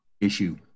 issue